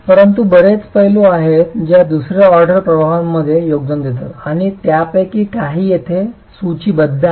परंतु बर्याच पैलू आहेत ज्या दुसर्या ऑर्डर प्रभावांमध्ये योगदान देतात आणि त्यापैकी काही येथे सूचीबद्ध आहेत